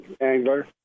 angler